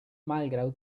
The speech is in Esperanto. malgraŭ